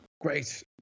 Great